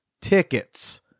tickets